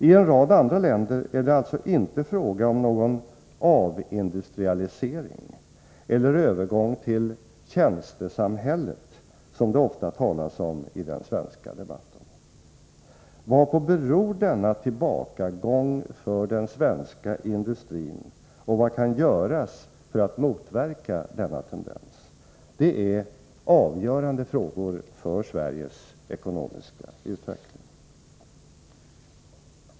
I en rad andra länder är det alltså inte fråga om någon ”avindustrialisering” eller övergång till ”tjänstesamhället”, som det ofta talas om i den svenska debatten. Varpå beror denna tillbakagång för den svenska industrin, och vad kan göras för att motverka denna tendens? Det är avgörande frågor för Sveriges ekonomiska utveckling.